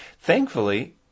Thankfully